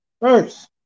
First